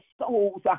souls